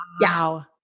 Wow